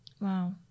Wow